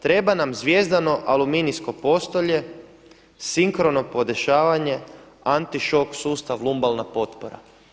Treba nam zvjezdano aluminijsko postolje, sinkrono podešavanje, antišok sustav lumbalna potpora.